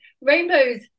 rainbows